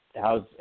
How's